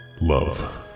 Love